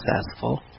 successful